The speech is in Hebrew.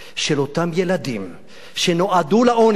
של אותם ילדים שנועדו לעוני,